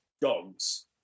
dogs